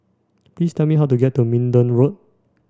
please tell me how to get to Minden Road